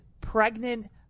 pregnant